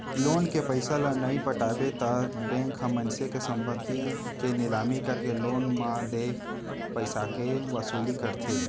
loan के पइसा ल नइ पटाबे त बेंक ह मनसे के संपत्ति के निलामी करके लोन म देय पइसाके वसूली करथे